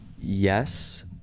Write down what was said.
Yes